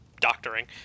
doctoring